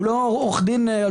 הוא לא עורך דין.